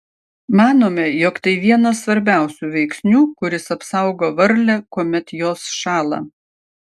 manome jog tai vienas svarbiausių veiksnių kuris apsaugo varlę kuomet jos šąla